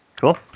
cool